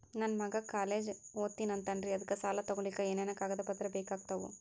ನನ್ನ ಮಗ ಕಾಲೇಜ್ ಓದತಿನಿಂತಾನ್ರಿ ಅದಕ ಸಾಲಾ ತೊಗೊಲಿಕ ಎನೆನ ಕಾಗದ ಪತ್ರ ಬೇಕಾಗ್ತಾವು?